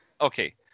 Okay